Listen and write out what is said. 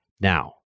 Now